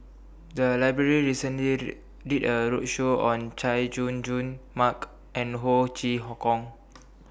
The Library recently did A roadshow on Chay Jung Jun Mark and Ho Chee Kong